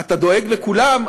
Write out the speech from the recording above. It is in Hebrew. אתה דואג לכולם,